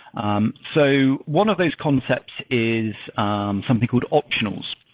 um so one of those concepts is um something called optionals.